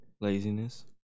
Laziness